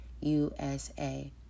USA